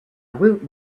woot